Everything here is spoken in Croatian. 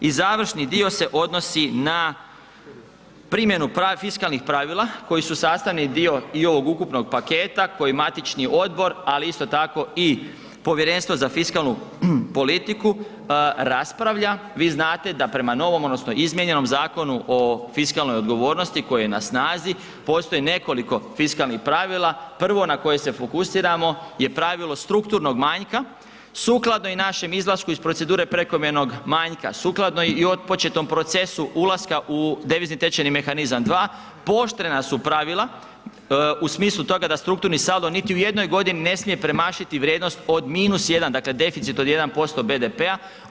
I završni dio se odnosi na primjenu fiskalnih pravila koji su sastavni dio i ovog ukupnog paketa koji matični odbor ali isto tako i Povjerenstvo za fiskalnu politiku raspravlja, vi znate da prema novom odnosno izmijenjenom Zakonu o fiskalnoj odgovornosti koji je na snazi postoji nekoliko fiskalnih pravila, prvo na koje se fokusiramo je pravilo strukturnog manjka sukladno i našem izlasku iz procedure prekomjernog manjka, sukladno i otpočetom procesu ulaska u devizni tečajni mehanizam dva pooštrena su pravila u smislu toga da strukturni saldo niti u jednoj godini ne smije premašiti vrijednost od minus 1, dakle deficit od 1% BDP-a.